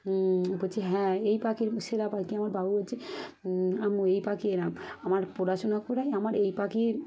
বলছে হ্যাঁ এই পাখির সেরা পাখি আমার বাবু বলছে আম্মু এই পাখি এলাম আমার পড়াশোনা করাই আমার এই পাখির